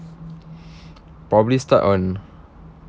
probably start on